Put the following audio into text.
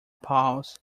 pals